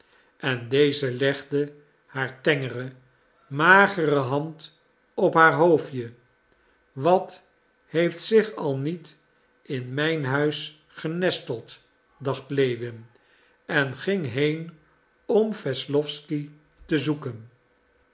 en deze legde haar tengere magere hand op haar hoofdje wat heeft zich al niet in mijn huis genesteld dacht lewin en ging heen om wesslowsky te zoeken